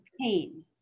pain